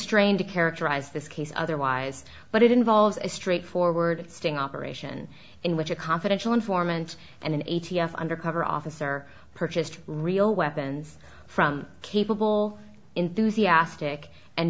strained to characterize this case otherwise but it involves a straightforward sting operation in which a confidential informant and an a t f undercover officer purchased real weapons from capable enthusiastic and